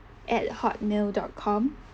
at hotmail dot com